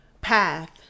path